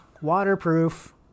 waterproof